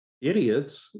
idiots